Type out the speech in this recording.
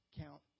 count